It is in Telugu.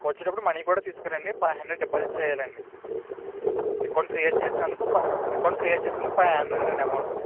వచ్చేటప్పుడు మనీ కూడా తీసుకురండి ఫైవ్ హండ్రెడ్ డిపాజిట్ చెయ్యాలండి అకౌంట్ క్రియేట్ చేసినందుకు అకౌంట్ క్రియేట్ చేసినందుకు ఫైవ్ హండ్రెడ్ అండి అమౌంట్